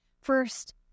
first